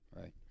Right